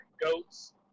GOATs